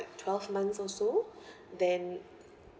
the twelve months also then